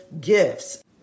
gifts